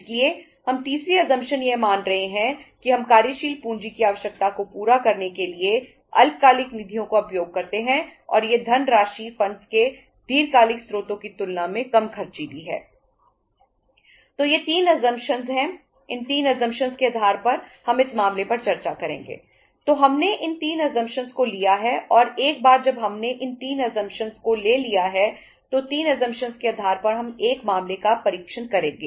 इसलिए हम तीसरी असमप्शन के आधार पर हम एक मामले का परीक्षण करेंगे